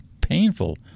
painful